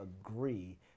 agree